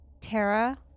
Tara